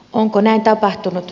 onko näin tapahtunut